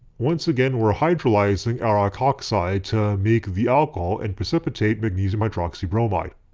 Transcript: once again we're hydrolyzing our alkoxide to make the alcohol and precipitate magnesium hydroxy bromide.